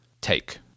take